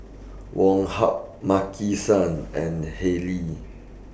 Woh Hup Maki San and Haylee